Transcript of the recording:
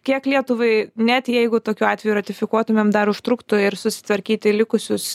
kiek lietuvai net jeigu tokiu atveju ratifikuotumėm dar užtruktų ir susitvarkyti likusius